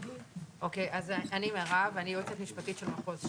אני יועצת משפטית של מחוז ש"י,